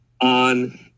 on